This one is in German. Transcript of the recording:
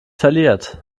verliert